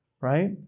right